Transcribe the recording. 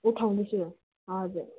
उठाउँदै छु हजुर